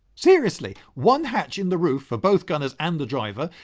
seriously. one hatch in the roof for both gunners and the driver,